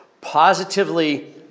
positively